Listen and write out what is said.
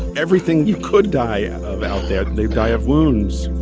everything you could die ah of out there they'd die of wounds